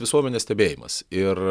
visuomenės stebėjimas ir